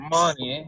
money